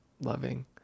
loving